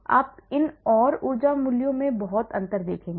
आप इन और ऊर्जा मूल्यों में बहुत अंतर देखेंगे